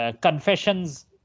Confessions